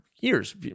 Years